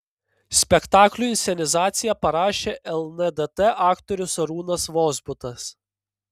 spektakliui inscenizaciją parašė lndt aktorius arūnas vozbutas